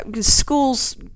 Schools